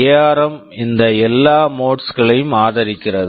ARM ARM இந்த எல்லா modes modes களையும் ஆதரிக்கிறது